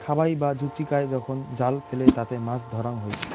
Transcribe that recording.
খাবাই বা জুচিকায় যখন জাল ফেলে তাতে মাছ ধরাঙ হই